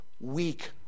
weak